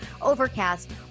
Overcast